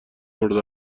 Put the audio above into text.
مورد